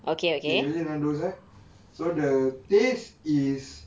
K imagine nandos ah so the taste is